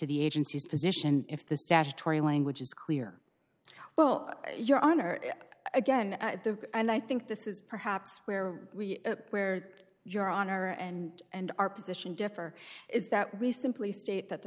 the agency's position if the statutory language is clear well your honor again and i think this is perhaps where we where your honor and and our position differ is that we simply state that the